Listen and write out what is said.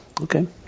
Okay